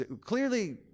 Clearly